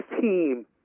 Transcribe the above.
team